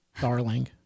darling